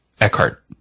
Eckhart